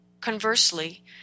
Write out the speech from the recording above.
conversely